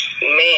man